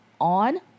On